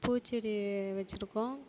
பூச்செடி வச்சுருக்கோம்